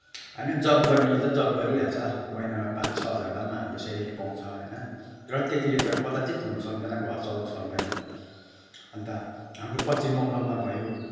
होइन जब गर्नेले त जब गरिहाल्छ महिनामा पाँच छ हजार भए पनि राम्रो स्यालरी पाउँछ होइन र त्यत्तिले त कदाचित हुनसक्दैन घर चल्न सक्दैन अनि त हाम्रो पश्चिम बङ्गालमा भयो